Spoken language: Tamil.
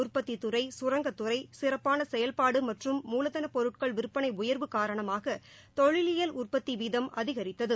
உற்பத்தித்துறைசரங்கத்துறை சிறப்பான செயல்பாடு மற்றும் மூலதனப் பொருட்கள் விற்பனை உயர்வு காரணமாக தொழிலியல் உற்பத்தி வீதம் அதிகரித்தது